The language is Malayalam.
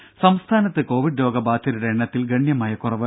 രുഭ സംസ്ഥാനത്ത് കോവിഡ് രോഗബാധിതരുടെ എണ്ണത്തിൽ ഗണ്യമായ കുറവ്